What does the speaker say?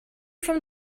from